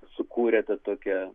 sukūrė tą tokią